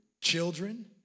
children